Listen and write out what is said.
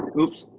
oops.